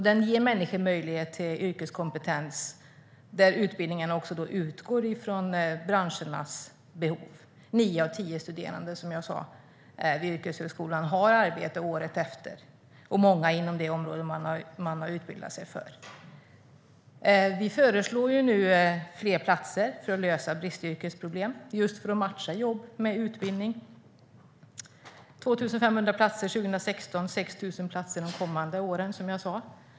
Den ger människor möjlighet till yrkeskompetens, och utbildningen utgår också från branschernas behov. Nio av tio studerande vid yrkeshögskolan har, som jag sa, arbete året efter och många har det inom det område som de har utbildat sig. Vi föreslår nu fler platser för att lösa bristyrkesproblem just för att matcha jobb med utbildning. Det handlar om 2 500 platser 2016 och 6 000 platser de kommande åren.